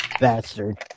Bastard